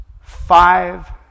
Five